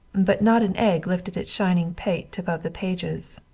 but not an egg lifted its shining pate above the pages.